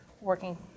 working